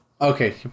Okay